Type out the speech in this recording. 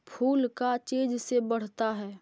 फूल का चीज से बढ़ता है?